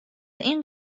این